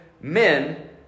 men